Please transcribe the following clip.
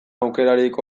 aukerarik